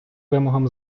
вимогам